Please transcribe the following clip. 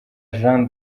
jean